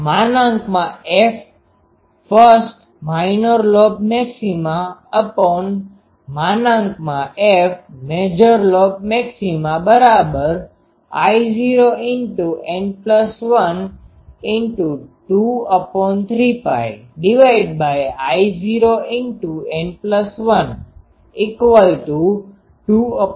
Ffirst minor lobe maximaFmajor lobe maxima I૦N123πI૦N1 23π૦